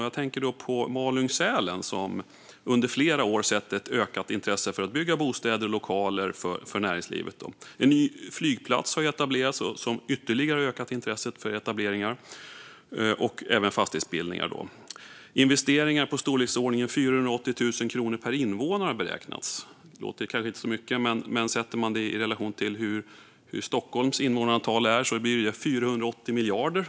Jag tänker på Malung-Sälens kommun, som under flera år sett ett ökat intresse för att bygga bostäder och lokaler för näringslivet. En ny flygplats har etablerats som ytterligare ökat intresset för nyetablering och fastighetsbildning. Investeringar i storleksordningen 480 000 kronor per invånare har beräknats. Det låter kanske inte så mycket, men satt i relation till Stockholms invånarantal blir det 480 miljarder.